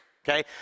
Okay